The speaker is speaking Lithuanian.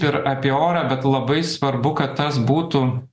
ir apie orą bet labai svarbu kad tas būtų